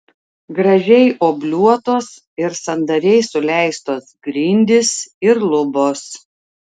gražiai obliuotos ir sandariai suleistos grindys ir lubos